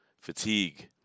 fatigue